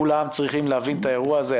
כולם צריכים להבין את האירוע הזה.